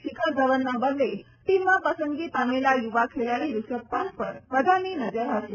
શિખર ધવનના બદલે ટીમમાં પસંદગી પામેલા યુવા ખેલાડી ઋષભ પંત પર બધાની નજર હશે